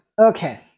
okay